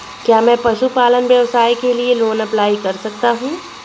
क्या मैं पशुपालन व्यवसाय के लिए लोंन अप्लाई कर सकता हूं?